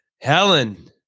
Helen